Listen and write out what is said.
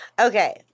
okay